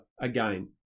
again